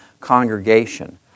congregation